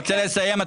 אני רוצה לסיים את